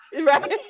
Right